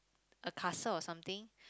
a castle or something